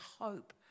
hope